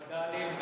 וד"לים,